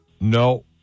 No